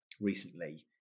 recently